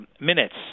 minutes